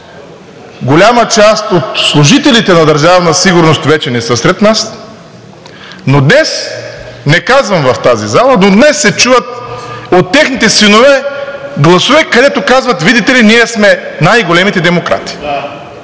голяма част от служителите на Държавна сигурност вече не са сред нас, но днес, не казвам в тази зала, се чуват от техните синове гласове, които казват – видите ли, ние сме най-големите демократи.